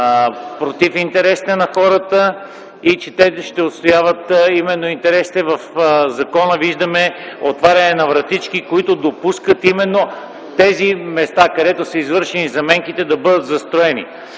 против интересите на хората и че те ще отстояват именно интересите. В закона виждаме отваряне на вратички, които допускат именно тези места, където са извършени заменките, да бъдат застроени.